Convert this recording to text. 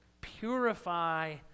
purify